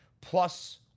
plus